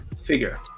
figure